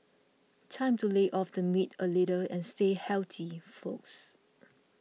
time to lay off the meat a little and stay healthy folks